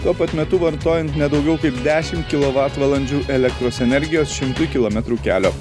tuo pat metu vartojant ne daugiau kaip dešimt kilovatvalandžių elektros energijos šimtui kilometrų kelio